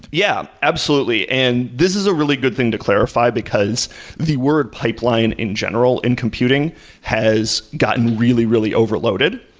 yeah, absolutely, and this is a really good thing to clarify, because the word pipeline in general in computing has gotten really, really overloaded.